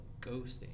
ghosting